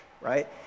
right